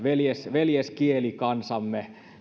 veljeskielikansamme